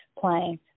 playing